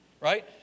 right